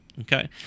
Okay